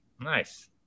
Nice